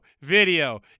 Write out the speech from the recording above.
video